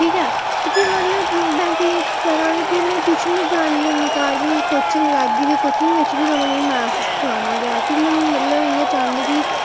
ठीक ऐ भी मतलब बैंक दी नौकरी करां ते भी में टयूशन बी पढ़ानी होन्नीं घर ते अगर कोचिंग लैगी ते कोचिंग बिच बी उ'नें मिगी मैथ सखाना गै ते भी में मतलब इंया चाह्नीं कि